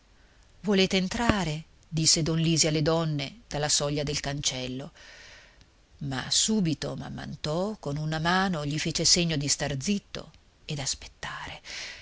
volete entrare disse don lisi alle donne dalla soglia del cancello ma subito mamm'anto con una mano gli fece segno di star zitto e d'aspettare